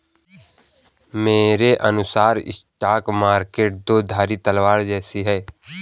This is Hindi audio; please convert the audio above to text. मेरे अनुसार स्टॉक मार्केट दो धारी तलवार जैसा है